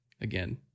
again